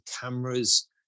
cameras